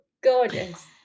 gorgeous